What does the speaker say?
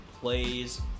plays